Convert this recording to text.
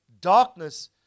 darkness